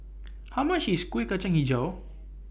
How much IS Kuih Cacang Hijau